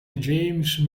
james